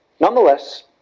nonetheless